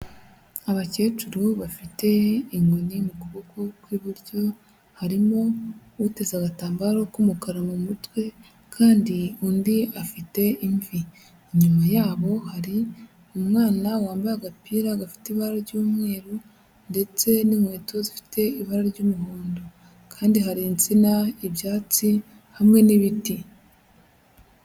Abakecuru bafite inkoni mu kuboko kw'iburyo, harimo uteze agatambaro k'umukara mu mutwe kandi undi afite imvi. Inyuma yabo hari umwana wambaye agapira gafite ibara ry'umweru ndetse n'inkweto zifite ibara ry'umuhondo kandi hari insina, ibyatsi hamwe n'ibiti.